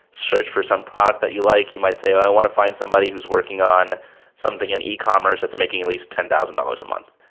search for some product that you like. you might say, i want to find somebody who's working on something, in e commerce that's making at least ten thousand dollars a month.